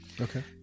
okay